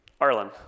Arlen